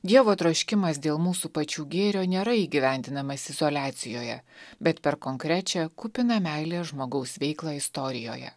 dievo troškimas dėl mūsų pačių gėrio nėra įgyvendinamas izoliacijoje bet per konkrečią kupiną meilės žmogaus veiklą istorijoje